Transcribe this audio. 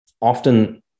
often